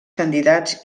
candidats